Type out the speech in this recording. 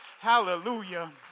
Hallelujah